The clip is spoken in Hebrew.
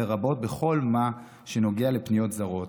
לרבות בכל מה שנוגע לפניות זרות.